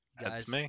Guys